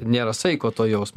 nėra saiko to jausmo